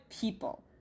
people